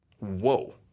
whoa